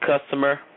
customer